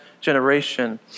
generation